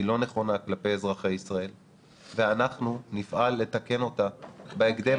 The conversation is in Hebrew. היא לא נכונה כלפי אזרחי ישראל ואנחנו נפעל לתקן אותה בהקדם